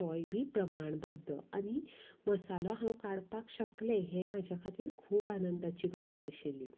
तोंय बी प्रमाण बद्द आनी मसालो हांव काडपाक शकलें हें म्हज्या खातीर खूब आनंदाची गजाल आशिल्ली